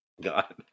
god